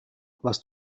was